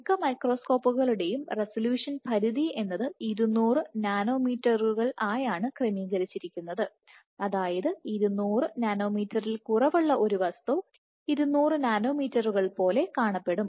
മിക്ക മൈക്രോസ്കോപ്പുകളുടേയും റെസല്യൂഷൻ പരിധി എന്നത് 200 നാനോമീറ്ററുകൾ ആയാണു ക്രമീകരിച്ചിരിക്കുന്നത് അതായത് 200 നാനോമീറ്ററിൽ കുറവുള്ള ഒരു വസ്തു 200 നാനോമീറ്ററുകൾ പോലെ കാണപ്പെടും